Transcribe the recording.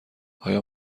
آیا